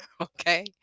Okay